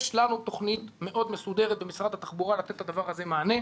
יש לנו תוכנית מאוד מסודרת במשרד התחבורה לתת לדבר הזה מענה.